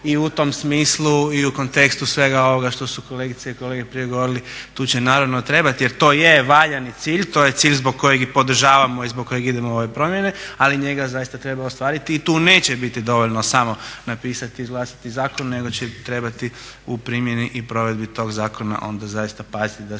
I u tom smislu i u kontekstu svega ovoga što su kolegice i kolege prije govorili tu će naravno trebati jer to je valjani cilj, to je cilj zbog kojeg i podržavamo i zbog kojeg idemo u ove promjene, ali njega zaista treba ostvariti i tu neće biti dovoljno samo napisati i izglasati zakon nego će trebati u primjeni i provedbi tog zakona onda zaista paziti da se